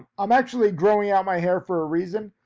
i'm actually growing out my hair for a reason.